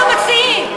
אבל אנחנו מציעים.